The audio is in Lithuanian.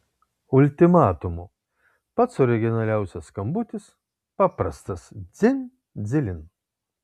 ultimatumu pats originaliausias skambutis paprastas dzin dzilin